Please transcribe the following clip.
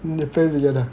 plays again ah